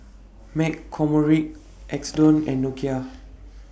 McCormick Xndo and Nokia